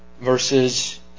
verses